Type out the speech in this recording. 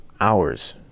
hours